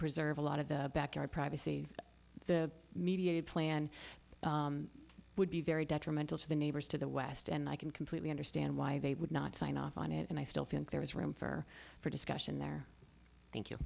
preserve a lot of the backyard privacy the mediated plan would be very detrimental to the neighbors to the west and i can completely understand why they would not sign off on it and i still think there is room for for discussion there thank